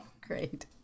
great